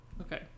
Okay